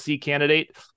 candidate